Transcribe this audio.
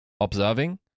observing